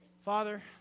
Father